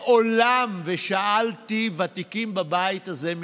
מעולם, ושאלתי ותיקים ממני בבית הזה,